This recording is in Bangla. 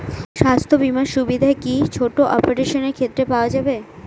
স্বাস্থ্য বীমার সুবিধে কি ছোট অপারেশনের ক্ষেত্রে পাওয়া যাবে?